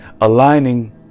aligning